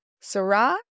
Sarah